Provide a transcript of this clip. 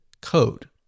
code